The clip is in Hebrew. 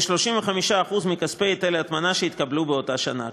ל-35% מכספי היטל ההטמנה שהתקבלו באותה שנה.